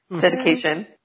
Dedication